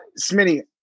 Smitty